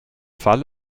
fall